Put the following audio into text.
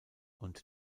und